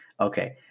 Okay